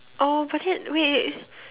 oh but then wait wait